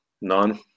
None